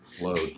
load